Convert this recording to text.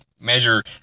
measure